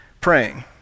praying